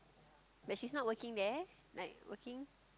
but she's not working there like working